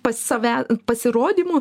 pas save pasirodymu